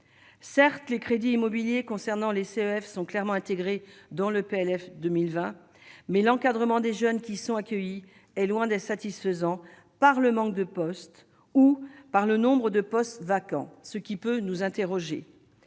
certes, les crédits immobiliers concernant les CEF sont clairement intégré dans le PLF 2020, mais l'encadrement des jeunes qui sont accueillis est loin d'être satisfaisant par le manque de postes ou par le nombre de postes vacants ce qui peut nous interroger